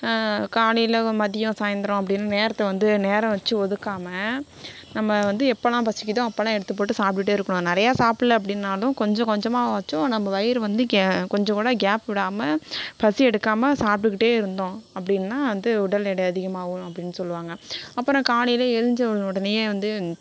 காலையில் மதியம் சாயந்திரம் அப்படின்னு நேரத்தை வந்து நேரம் வச்சு ஒதுக்காமல் நம்ம வந்து எப்போலாம் பசிக்கிதோ அப்போலாம் எடுத்து போட்டு சாப்பிட்டுட்டே இருக்கணும் நிறையா சாப்பிட்ல அப்படின்னாலும் கொஞ்ச கொஞ்சமாவாச்சும் நம்ம வயிறு வந்து கொஞ்சம் கூட கேப் விடாமல் பசி எடுக்காமல் சாப்பிட்டுக்கிட்டே இருந்தோம் அப்படின்னா வந்து உடல் எடை அதிகமாகும் அப்படின்னு சொல்லுவாங்க அப்புறம் காலையில் எழுந்திருச்ச உடனேயே வந்து